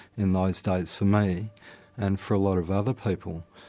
in those days, for me and for a lot of other people.